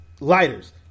Lighters